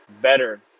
better